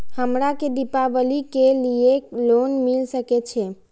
हमरा के दीपावली के लीऐ लोन मिल सके छे?